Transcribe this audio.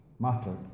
matter